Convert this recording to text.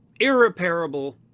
irreparable